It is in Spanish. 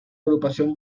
agrupación